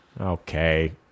Okay